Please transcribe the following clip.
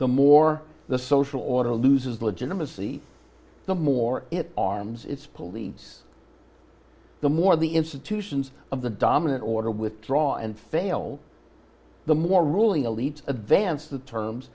the more the social order loses legitimacy the more it arms its police the more the institutions of the dominant order withdraw and fail the more ruling elite advance the terms